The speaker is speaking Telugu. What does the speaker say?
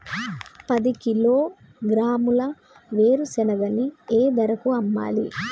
పది కిలోగ్రాముల వేరుశనగని ఏ ధరకు అమ్మాలి?